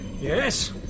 yes